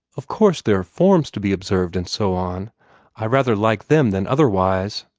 of course there are forms to be observed, and so on i rather like them than otherwise.